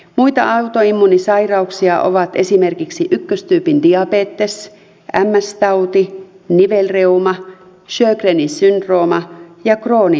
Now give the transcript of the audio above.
muita autoimmuunisairauksia ovat esimerkiksi ykköstyypin diabetes ms tauti nivelreuma sjögrenin syndrooma ja crohnin tauti